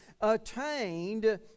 attained